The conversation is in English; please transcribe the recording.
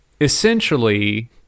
essentially